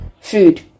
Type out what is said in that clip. food